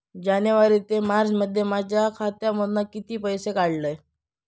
जानेवारी ते मार्चमध्ये माझ्या खात्यामधना किती पैसे काढलय?